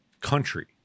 country